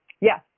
Yes